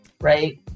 Right